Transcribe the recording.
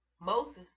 Moses